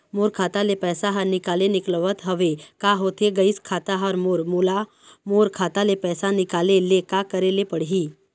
मोर खाता ले पैसा हर निकाले निकलत हवे, का होथे गइस खाता हर मोर, मोला मोर खाता ले पैसा निकाले ले का करे ले पड़ही?